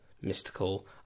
mystical